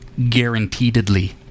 Guaranteedly